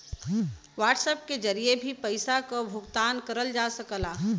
WhatsApp के जरिए भी पइसा क भुगतान करल जा सकला